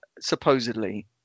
supposedly